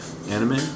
anime